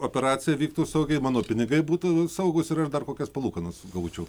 operacija vyktų saugiai mano pinigai būtų saugūs ir aš dar kokias palūkanas gaučiau